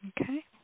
Okay